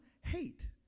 Hate